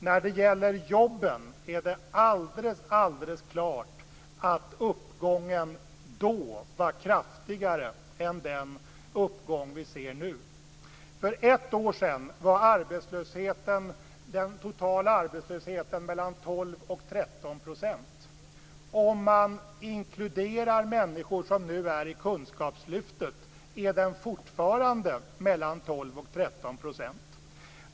När det gäller jobben är det alldeles klart att uppgången då var mycket kraftigare än den uppgång som vi ser nu. För ett år sedan var den totala arbetslösheten 12-13 %. Om man inkluderar människor som nu är i kunskapslyftet är den fortfarande 12 13 %.